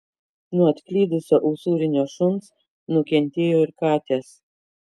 nuo atklydusio usūrinio šuns nukentėjo ir katės